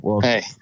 Hey